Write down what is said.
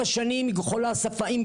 היא חולה סופנית מזה ארבע שנים,